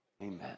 amen